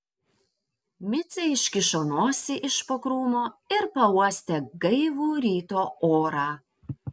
micė iškišo nosį iš po krūmo ir pauostė gaivų ryto orą